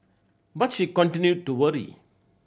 but she continued to worry